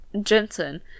Jensen